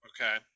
Okay